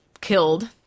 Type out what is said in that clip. killed